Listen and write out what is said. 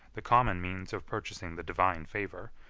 the common means of purchasing the divine favor,